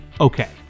Okay